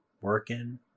working